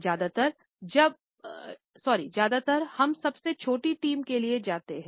ज्यादातर हम सबसे छोटी टीम के लिए जाते हैं